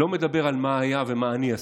לא מדבר על מה היה ומה אני עשיתי,